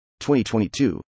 2022